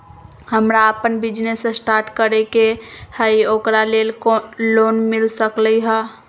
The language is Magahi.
हमरा अपन बिजनेस स्टार्ट करे के है ओकरा लेल लोन मिल सकलक ह?